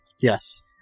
Yes